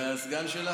והסגן שלך,